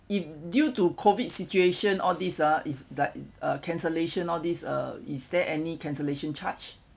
if due to COVID situation all this ah is like uh cancellation all this uh is there any cancellation charge